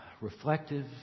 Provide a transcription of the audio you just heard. reflective